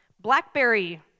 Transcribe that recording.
Blackberry